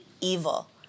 evil